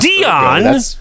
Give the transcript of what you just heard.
dion